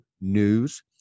News